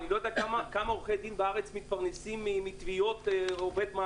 אני לא יודע כמה עורכי דין בארץ מתפרנסים מתביעות עובד-מעסיק,